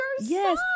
Yes